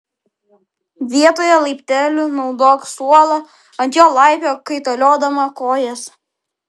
vietoje laiptelių naudok suolą ant jo laipiok kaitaliodama kojas